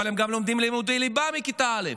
אבל הם גם לומדים לימודי ליבה מכיתה א',